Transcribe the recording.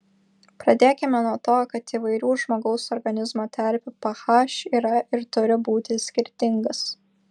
pradėkime nuo to kad įvairių žmogaus organizmo terpių ph yra ir turi būti skirtingas